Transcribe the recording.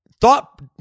thought